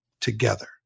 together